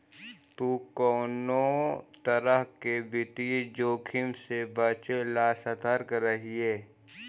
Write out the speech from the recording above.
तु कउनो तरह के वित्तीय जोखिम से बचे ला सतर्क रहिये